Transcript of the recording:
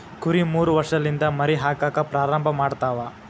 ಕುರಿ ಮೂರ ವರ್ಷಲಿಂದ ಮರಿ ಹಾಕಾಕ ಪ್ರಾರಂಭ ಮಾಡತಾವ